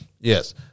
yes